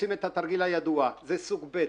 עושים את התרגיל הידוע: זה סוג ב',